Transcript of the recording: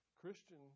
Christian